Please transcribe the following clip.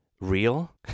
real